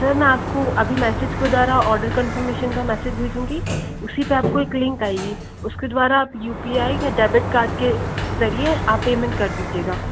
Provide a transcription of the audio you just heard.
sir मैं आपको अभी मैसेज के द्वारा ऑर्डर कंफर्मेशन का मैसेज भेजूँगी उसी पर आपको एक लिंक आएगा उसके द्वारा आप यू पी आई या डेबिट कार्ड के ज़रिए आप पेमेंट कर दीजिएगा